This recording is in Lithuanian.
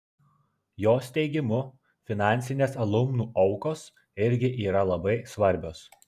jos teigimu finansinės alumnų aukos irgi yra labai svarbios